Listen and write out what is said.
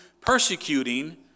persecuting